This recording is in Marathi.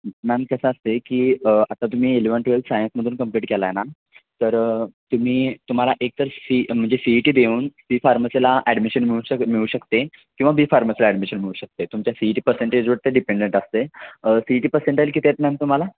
मॅम कसं असतंय की आता तुम्ही इलेवन ट्वेल्थ सायन्समधून कंप्लीट केलं आहे ना तर तुम्ही तुम्हाला एकतर सी म्हणजे सी ई टी देऊन सी फार्मसीला ॲडमिशन मिळू शकते मिळू शकते किंवा बी फार्मसीला ॲडमिशन मिळू शकते तुमच्या सी ई टी पसेंटेजवरते डिपेंडंट असते सी ई टी पर्सेंटज किती आहेत मॅम तुम्हाला